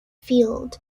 field